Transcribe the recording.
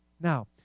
Now